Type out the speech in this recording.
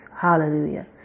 Hallelujah